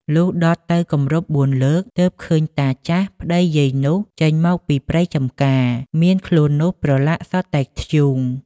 លុះដុតទៅគម្រប់ ៤ លើក ទើបឃើញតាចាស់ប្តីយាយនោះ ចេញមកពីព្រៃចម្ការ មានខ្លួននោះប្រឡាក់សុទ្ធតែធ្យូង